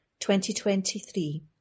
2023